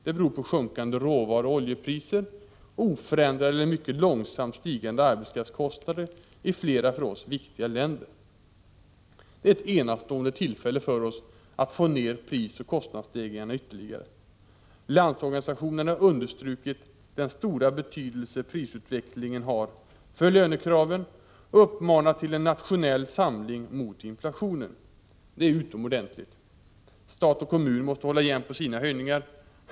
Det beror på sjunkande råvaruoch oljepriser och oförändrade eller mycket långsamt stigande arbetskraftskostnader i flera för oss viktiga länder. Det är ett enastående tillfälle för oss att få ned prisoch kostnadsstegringarna ytterligare. Landsorganisationen har understrukit den stora betydelse prisutvecklingen har för lönekraven och uppmanat till en nationell samling mot inflationen. Det är utomordentligt. Stat och kommun måste hålla igen på sina höjningar.